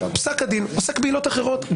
פסק הדין עוסק בעילות אחרות,